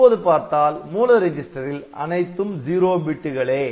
இப்போது பார்த்தால் மூல ரிஜிஸ்டரில் அனைத்தும் '0' பிட்டுகளே